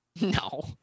No